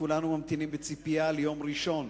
כולנו ממתינים בציפייה ליום ראשון.